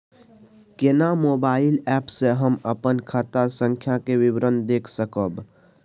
केना mobile app से हम अपन खाता संख्या के विवरण देख सकब?